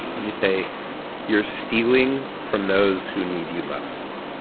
and you say you're stealing from those who need you most.